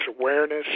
awareness